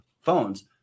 phones